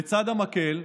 לצד המקל,